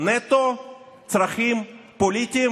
כי מרכיבי ביטחון אין צורך למממן